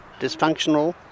dysfunctional